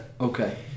okay